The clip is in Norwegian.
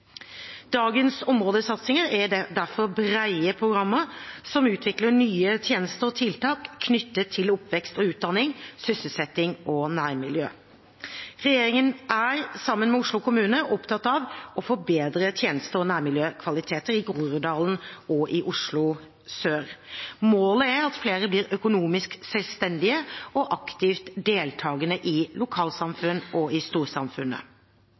Dagens områdesatsinger er derfor brede programmer som utvikler nye tjenester og tiltak knyttet til oppvekst og utdanning, sysselsetting og nærmiljø. Regjeringen er, sammen med Oslo kommune, opptatt av å forbedre tjenester og nærmiljøkvaliteter i Groruddalen og i Oslo sør. Målet er at flere blir økonomisk selvstendige og aktivt deltakende i lokalsamfunn og i storsamfunnet.